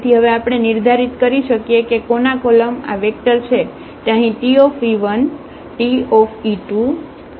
તેથી હવે આપણે નિર્ધારિત કરી શકીએ કે કોના કોલમઆ વેક્ટર છે તે અહીં Te1 Te2 Ten છે